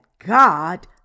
God